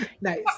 nice